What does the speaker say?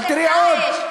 אבל תראי עוד.